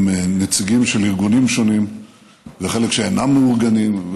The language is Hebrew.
נציגים של ארגוני שונים ועם חלק שאינם מאורגנים.